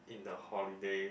in the holidays